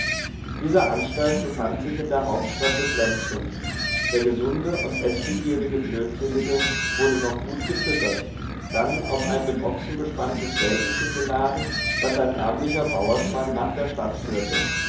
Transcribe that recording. diese anstalt befand sich in der hauptstadt des ländchens der gesunde und eßbegierige blödsinnige wurde noch gut gefüttert dann auf ein mit ochsen bespanntes wägelchen geladen das ein ärmlicher bauersmann nach der stadt führte